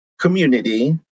community